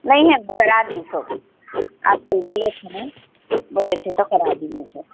نہیں ہے کرا دی سو آپ کل بولے تھے نا بولے تھے تو کرا دی میں سب